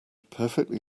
perfectly